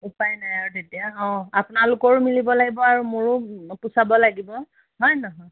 উপায় নাই আৰু তেতিয়া অ' আপোনালোকৰো মিলিব লাগিব আৰু মোৰো পোচাব লাগিব হয় নহয়